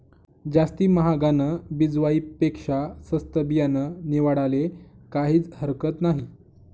जास्ती म्हागानं बिजवाई पेक्शा सस्तं बियानं निवाडाले काहीज हरकत नही